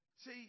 See